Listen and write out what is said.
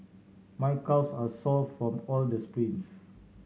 my calves are sore from all the sprints